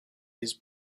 his